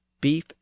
beef